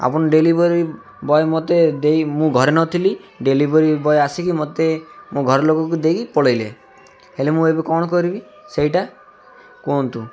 ଆପଣ delivery boy ମୋତେ ଦେଇ ମୁଁ ଘରେ ନଥିଲି ଡେଲିଭରି ବଏ ଆସିକି ମୋତେ ମୋ ଘର ଲୋକକୁ ଦେଇକି ପଳାଇଲେ ହେଲେ ମୁଁ ଏବେ କ'ଣ କରିବି ସେଇଟା କୁହନ୍ତୁ